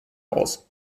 aus